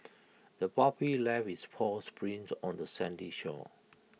the puppy left its paw's prints on the sandy shore